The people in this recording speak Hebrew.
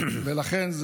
ולכן,